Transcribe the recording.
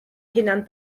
hunan